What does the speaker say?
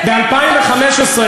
ב-2015,